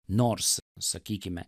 nors sakykime